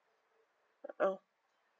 oh